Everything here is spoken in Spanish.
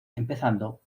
empezando